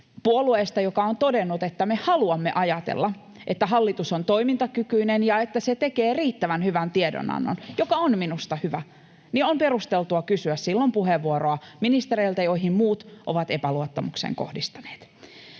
puolueesta, joka on todennut, että me haluamme ajatella, että hallitus on toimintakykyinen ja että se tekee riittävän hyvän tiedonannon — joka on minusta hyvä — perusteltua kysyä silloin puheenvuoroa ministereiltä, joihin muut ovat epäluottamuksen kohdistaneet.